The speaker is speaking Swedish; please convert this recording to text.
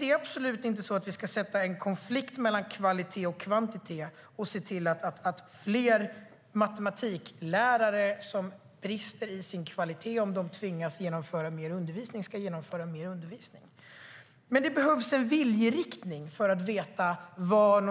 Det är absolut inte så att vi ska skapa en konflikt mellan kvalitet och kvantitet så att fler matematiklärare kommer att riskera att brista i kvalitet i sin undervisning om de tvingas undervisa mer. Det behövs en viljeriktning för att veta vart vi